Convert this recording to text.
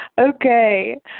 Okay